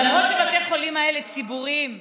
למרות שבתי החולים האלה ציבוריים עצמאיים,